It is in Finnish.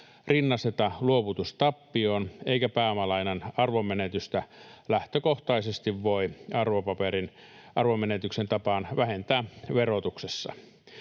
rinnasteta luovutustappioon eikä pääomalainan arvonmenetystä lähtökohtaisesti voi arvopaperin arvonmenetyksen tapaan vähentää verotuksessa.